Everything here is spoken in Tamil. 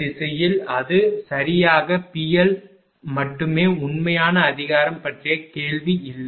திசையில் அது PL மட்டுமே உண்மையான அதிகாரம் பற்றிய கேள்வி இல்லை